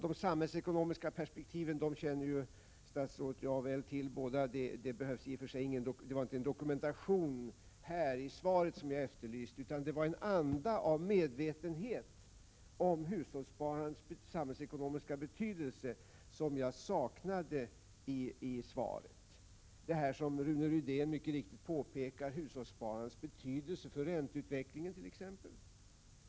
De samhällsekonomiska perspektiven känner ju både statsrådet och jag väl till — det var inte en dokumentation i det avseendet som jag efterlyste när jag kommenterade svaret. Det var en anda av medvetenhet om hushållssparandets samhällsekonomiska betydelse som jag saknade i svaret, t.ex. det som Rune Rydén mycket riktigt påpekade, nämligen hushållssparandets betydelse för ränteutvecklingen.